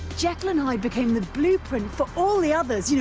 jekyll and hyde became the blueprint for all the others, you know,